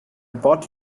bought